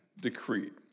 decreed